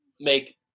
make –